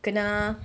kena